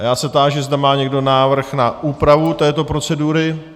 Já se táži, zda má někdo návrh na úpravu této procedury.